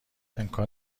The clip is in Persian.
امکان